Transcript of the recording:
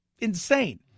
insane